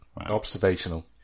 Observational